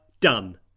done